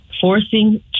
forcing